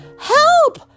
Help